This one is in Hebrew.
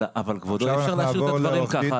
עכשיו אנחנו נעבור לעורך דין.